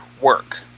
work